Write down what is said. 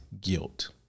guilt